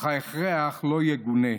אך ההכרח לא יגונה,